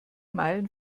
meilen